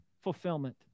fulfillment